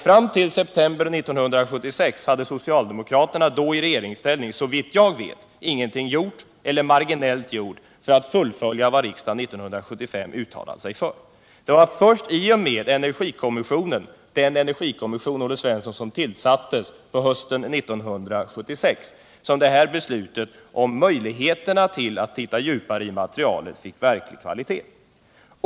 Fram till september 1976 hade socialdemokraterna — då i regeringsställning — såvitt jag vet ingenting gjort eller bara vidtagit marginella åtgärder för att fullfölja det som riksdagen 1975 uttalat sig för. Det var först i den energikommission, som tillsattes på hösten 1976 som det här beslutet om möjligheterna att titta djupare in i materialet fick verklig kvalitet.